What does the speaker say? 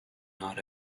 not